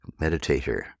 meditator